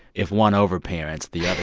if one over-parents, the other